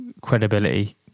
credibility